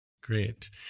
Great